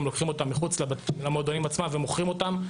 גם לוקחים אותם מחוץ למועדונים עצמם ומוכרים אותם.